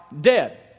dead